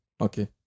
Okay